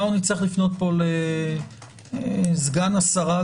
אנחנו נצטרך לפנות פה לסגן השרה,